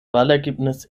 wahlergebnis